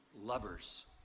lovers